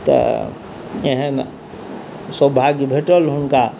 तऽ एहन स्वभाग्य भेटल हुनका